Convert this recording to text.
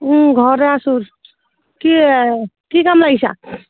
ঘৰতে আছোঁ কি কি কাম লাগিছা